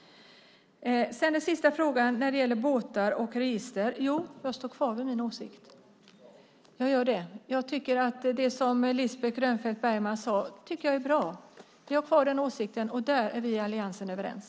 Den sista frågan gäller båtar och register. Jag står kvar vid min åsikt. Jag tycker att det som Lisbeth Grönfeldt Bergman sade är bra. Jag har kvar den åsikten, och där är vi i alliansen överens.